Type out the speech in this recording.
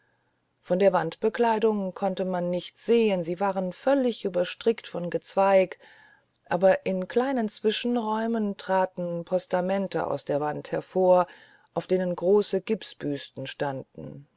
von der wandbekleidung konnte man nichts sehen sie war völlig überstrickt von gezweig aber in kleinen zwischenräumen traten postamente aus der wand hervor auf denen große gipsbüsten standen